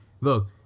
look